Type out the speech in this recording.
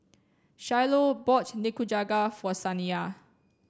Shiloh bought Nikujaga for Saniya